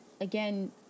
again